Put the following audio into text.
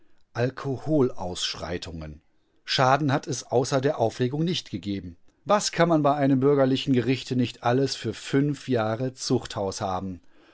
alkoholausschreitungen schaden hat es außer der aufregung nicht gegeben was kann man bei einem bürgerlichen gerichte nicht alles für fünf jahre zuchthaus haben